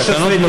תקנות,